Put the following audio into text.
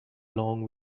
long